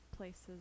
places